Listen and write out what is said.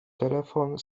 telefon